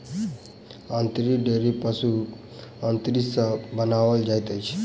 अंतरी डोरी पशुक अंतरी सॅ बनाओल जाइत अछि